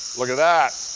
look at that.